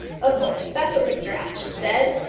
of course. that's what mr apjohn said.